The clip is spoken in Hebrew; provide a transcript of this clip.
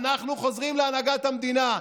אנחנו חוזרים להנהגת המדינה,